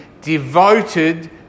devoted